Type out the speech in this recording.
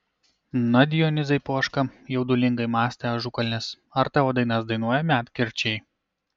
na dionizai poška jaudulingai mąstė ažukalnis ar tavo dainas dainuoja medkirčiai